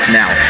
now